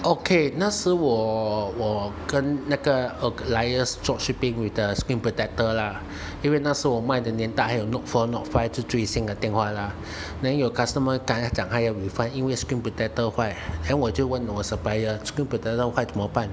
okay 那时我我跟那个 alias drop shipping with a screen protector 啦因为那时我卖的年代还有 note four note five 是最新的电话啦 then 有 customer 打来讲他要 refund 因为 screen protector 坏 then 我就问我的 supplier screen protector 坏怎么办